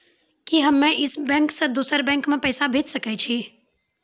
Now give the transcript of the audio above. कि हम्मे इस बैंक सें दोसर बैंक मे पैसा भेज सकै छी?